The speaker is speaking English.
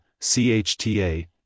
CHTA